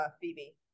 Phoebe